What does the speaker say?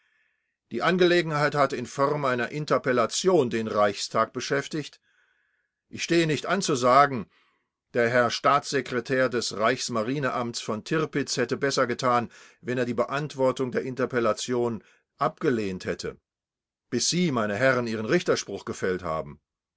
die angelegenheit hat in form einer interpellation den reichstag beschäftigt ich stehe nicht an zu sagen der herr staatssekretär des reichsmarineamts v tirpitz hätte besser getan wenn er die beantwortung der interpellation abgelehnt hätte bis sie meine herren ihren richterspruch gefällt haben